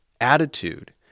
attitude